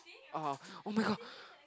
orh oh-my-god